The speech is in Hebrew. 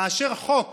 כאשר חוק